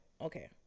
Okay